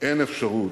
אין אפשרות,